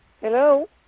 Hello